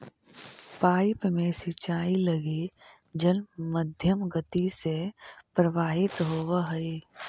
pipe में सिंचाई लगी जल मध्यम गति से प्रवाहित होवऽ हइ